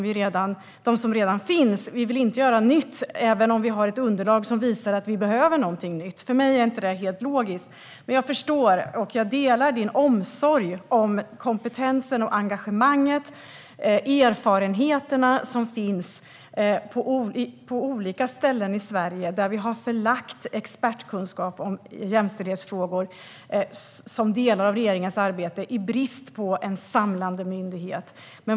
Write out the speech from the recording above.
Vi ska inte göra något nytt, även om vi har underlag som visar att vi behöver något nytt. Det här är inte helt logiskt för mig. Jag förstår dock och delar hennes omsorg om kompetensen och engagemanget liksom om erfarenheterna som finns på olika ställen i Sverige. Vi har förlagt expertkunskap om jämställdhetsfrågor som delar av regeringens arbete på olika ställen i brist på en samlande myndighet.